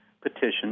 petition